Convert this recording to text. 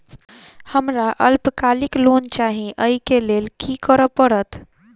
हमरा अल्पकालिक लोन चाहि अई केँ लेल की करऽ पड़त?